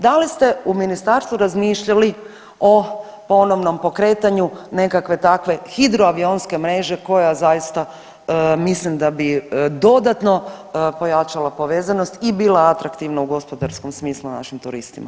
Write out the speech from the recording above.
Da li ste u ministarstvu razmišljali o ponovnom pokretanju nekakve takve hidroavionske mreže koja zaista mislim da bi dodatno pojačala povezanost i bila atraktivna u gospodarskom smislu našim turistima?